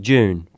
June